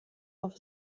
auf